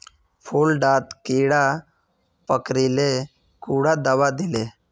फुल डात कीड़ा पकरिले कुंडा दाबा दीले?